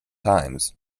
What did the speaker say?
times